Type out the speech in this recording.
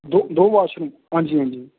दो दो वाशरूम हां जी हां जी